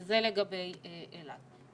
זה לגבי אילת.